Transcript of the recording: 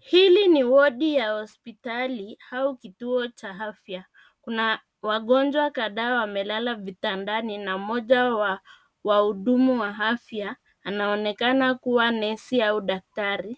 Hili ni wodi ya hospitali au kituo cha afya. Kuna wagonjwa kadhaa wamelala vitandani na mmoja wa wahudumu wa afya anaonekana kuwa nesi au daktari